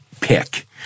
pick